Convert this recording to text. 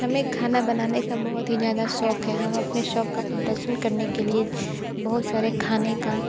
हमें खाना बनाने का बहुत ही ज़्यादा शौक़ है हम अपने शौक़ का प्रदर्शन करने के लिए बहुत सारे खाने का